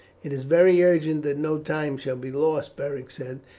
it is very urgent that no time shall be lost, beric said,